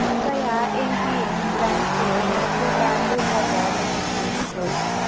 कृपया एमपिएम ब्रान्डको Mapro barley water नपठाउनुहोस्